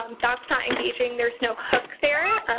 um that's not engaging. there's no hook there.